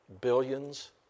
Billions